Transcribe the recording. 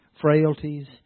frailties